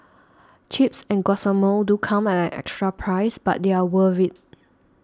Chips and Guacamole do come at an extra price but they're worth it